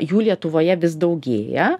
jų lietuvoje vis daugėja